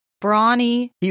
Brawny